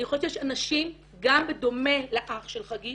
אני חושבת שיש אנשים גם בדומה לאח של חגית